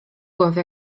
głowy